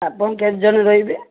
ଆପଣ କେତେ ଜଣ ରହିବେ